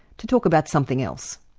to talk about something else.